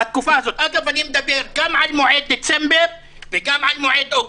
אני מדבר גם על מועד דצמבר וגם על מועד אוגוסט.